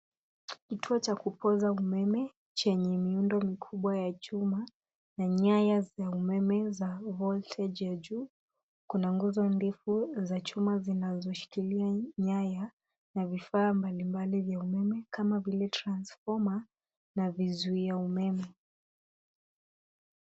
Kituo cha kupoza umeme chenye miundo mikubwa ya chuma na nyaya za umeme za voltage ya juu. Kuna nguzo ndefu za chuma zinazoshikilia nyaya na vifaa mbalimbali vya umeme, kama vile transfoma na vizuio vya umeme.